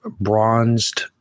bronzed